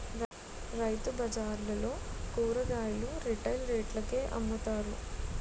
రైతుబజార్లలో కూరగాయలు రిటైల్ రేట్లకే అమ్ముతారు